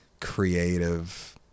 creative